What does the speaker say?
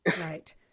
Right